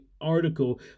Article